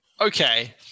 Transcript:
Okay